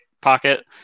pocket